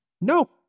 No